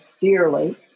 dearly